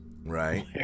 right